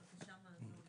בבקשה,